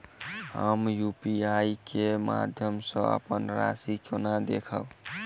हम यु.पी.आई केँ माध्यम सँ अप्पन राशि कोना देखबै?